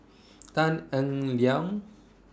Tan Eng Liang